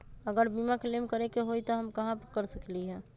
अगर बीमा क्लेम करे के होई त हम कहा कर सकेली?